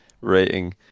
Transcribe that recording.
rating